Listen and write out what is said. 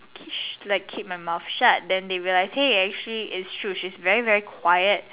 like keep my mouth shut then they realise hey it's true she's very very quiet